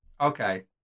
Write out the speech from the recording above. okay